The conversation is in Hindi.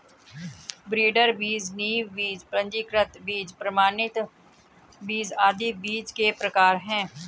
ब्रीडर बीज, नींव बीज, पंजीकृत बीज, प्रमाणित बीज आदि बीज के प्रकार है